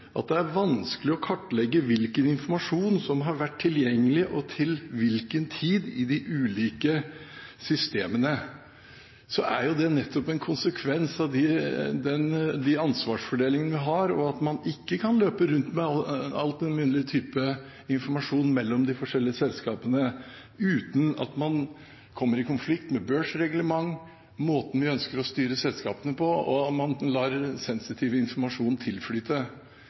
at det er vanskelig å kartlegge hvilken informasjon som har vært tilgjengelig, og til hvilken tid, i de ulike systemene, er det nettopp en konsekvens av den ansvarsfordelingen vi har, og at man ikke kan løpe rundt med alle typer informasjon mellom de forskjellige selskapene uten at man kommer i konflikt med børsreglement og måten vi ønsker å styre selskapene på, og lar sensitiv informasjon tilflyte.